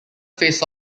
face